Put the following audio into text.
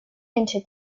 into